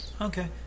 Okay